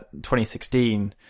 2016